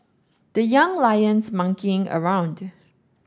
the Young Lions monkeying around